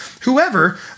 whoever